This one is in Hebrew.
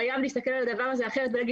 חייבים להסתכל על הדבר הזה אחרת ולהגיד